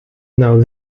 now